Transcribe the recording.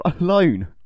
alone